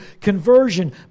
conversion